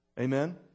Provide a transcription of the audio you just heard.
Amen